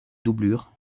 doublure